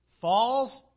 falls